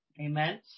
Amen